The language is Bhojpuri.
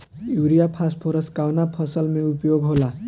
युरिया फास्फोरस कवना फ़सल में उपयोग होला?